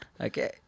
Okay